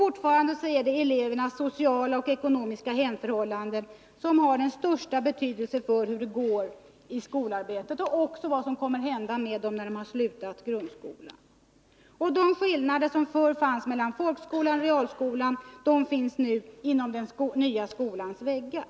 Fortfarande har elevernas hemförhållanden, socialt och ekonomiskt, den största betydelse för hur det går i skolarbetet och också för vad som kommer att hända med dem när de slutar grundskolan. De skillnader som förr fanns mellan folkskola och realskola finns nu inom den nya skolans väggar.